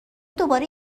دوباره